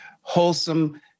wholesome